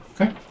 Okay